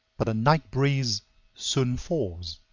but a night breeze soon falls.